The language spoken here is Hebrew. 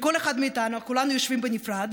אנחנו כולם יושבים בנפרד,